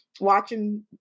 watching